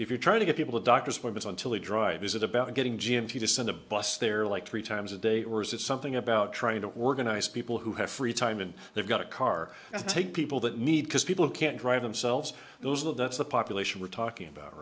if you're trying to get people to doctors where but until the dr is it about getting g m t to send a bus they're like three times a day or is it something about trying to organize people who have free time and they've got a car and take people that need because people can't drive themselves those are the that's the population we're talking about